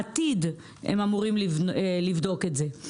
בעתיד הם אמורים לבדוק את זה.